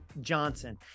Johnson